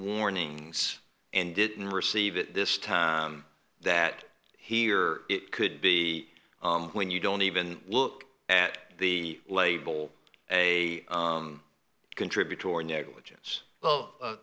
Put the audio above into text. warnings and didn't receive it this time that here it could be when you don't even look at the label a contributory negligence well